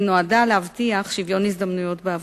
שנועדה להבטיח שוויון הזדמנויות בעבודה.